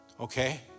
Okay